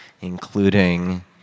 including